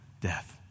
death